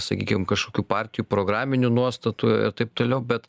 sakykim kažkokių partijų programinių nuostatų ir taip toliau bet